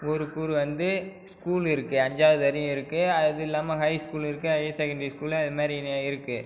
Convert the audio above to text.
ஊருக்கூர் வந்து ஸ்கூல் இருக்குது அஞ்சாவது வரையும் இருக்குது அது இல்லாமல் ஹை ஸ்கூல் இருக்குது ஹயர் செகண்டரி ஸ்கூலு அது மாரி நிறைய இருக்குது